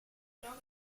prove